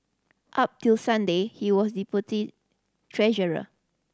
up till Sunday he was deputy treasurer